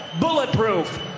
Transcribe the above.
bulletproof